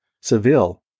Seville